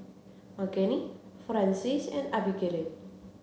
Margene Frances and Abigayle